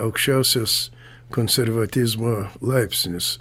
aukščiausias konservatizmo laipsnis